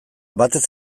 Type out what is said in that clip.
batez